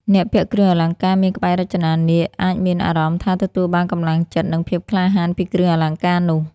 អ្នកពាក់គ្រឿងអលង្ការមានក្បាច់រចនានាគ អាចមានអារម្មណ៍ថាទទួលបានកម្លាំងចិត្ត និងភាពក្លាហានពីគ្រឿងអលង្ការនោះ។